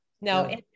no